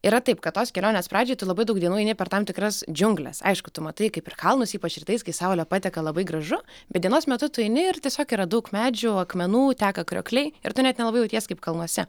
yra taip kad tos kelionės pradžiai tu labai daug dienų eini per tam tikras džiungles aišku tu matai kaip ir kalnus ypač rytais kai saulė pateka labai gražu bet dienos metu tu eini ir tiesiog yra daug medžių akmenų teka kriokliai ir tu net nelabai jautiesi kaip kalnuose